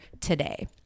today